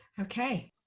okay